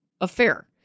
affair